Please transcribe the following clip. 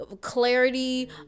clarity